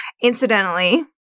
Incidentally